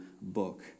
book